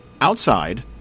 Outside